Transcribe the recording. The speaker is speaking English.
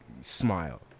smile